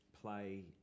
play